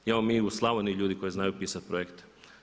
Imamo mi i u Slavoniji ljudi koji znaju pisati projekte.